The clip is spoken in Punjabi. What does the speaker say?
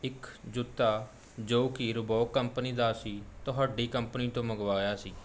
ਇੱਕ ਜੁੱਤਾ ਜੋ ਕਿ ਰੀਬੋਕ ਕੰਪਨੀ ਦਾ ਸੀ ਤੁਹਾਡੀ ਕੰਪਨੀ ਤੋਂ ਮੰਗਵਾਇਆ ਸੀ